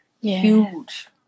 Huge